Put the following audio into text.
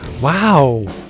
Wow